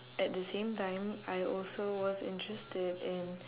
at the same time I also was interested in